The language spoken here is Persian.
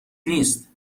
نیست